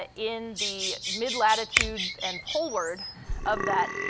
ah in the mid-latitudes and poleward of that,